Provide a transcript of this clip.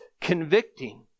convicting